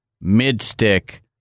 mid-stick